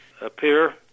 appear